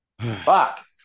Fuck